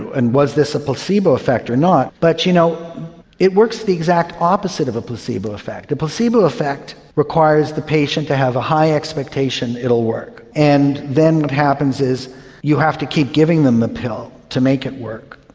and was this a placebo effect or not. but you know it works the exact opposite of a placebo effect. a placebo effect requires the patient to have a high expectation it will work, and then what happens is you have to keep giving them the pill to make it work.